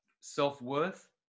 self-worth